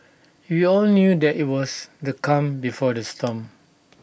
we all knew that IT was the calm before the storm